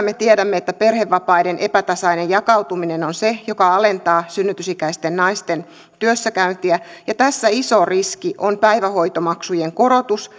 me tiedämme että perhevapaiden epätasainen jakautuminen on se mikä alentaa synnytysikäisten naisten työssäkäyntiä ja tässä iso riski on päivähoitomaksujen korotus